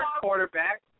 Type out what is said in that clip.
quarterback